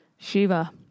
Shiva